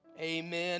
Amen